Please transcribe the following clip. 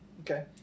Okay